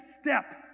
step